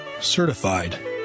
Certified